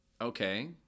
Okay